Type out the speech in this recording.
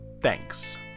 Thanks